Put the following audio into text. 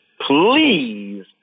please